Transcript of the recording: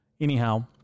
anyhow